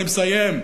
אני מסיים.